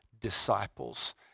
disciples